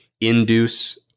induce